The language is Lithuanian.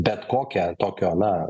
bet kokia tokio na